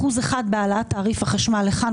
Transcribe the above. אחוז אחד בהעלאת תעריף החשמל לכאן